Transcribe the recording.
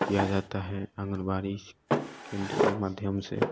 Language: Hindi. किया जाता है आंगनबाड़ी केंद्र के माध्यम से